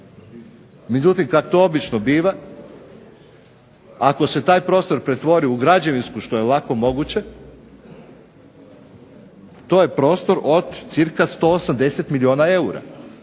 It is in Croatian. međutim kako to obično biva, ako se taj prostor pretvori u građevinsku što je lako moguće to je prostor od cca 180 milijuna eura.